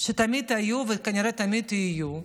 שתמיד היו וכנראה תמיד יהיו.